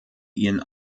ihren